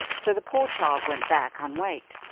so the poor child went back unwaked,